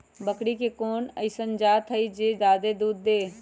बकरी के कोन अइसन जात हई जे जादे दूध दे?